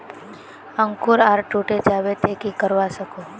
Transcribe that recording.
अंकूर अगर टूटे जाबे ते की करवा सकोहो ही?